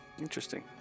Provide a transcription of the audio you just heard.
Interesting